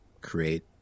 create